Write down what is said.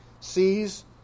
sees